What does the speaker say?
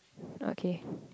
okay